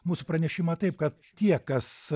mūsų pranešimą taip kad tie kas